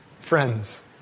Friends